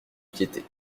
piété